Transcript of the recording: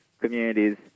communities